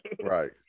Right